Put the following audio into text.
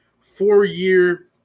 four-year